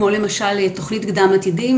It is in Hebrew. כמו למשל תוכנית קדם עתידים,